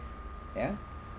ya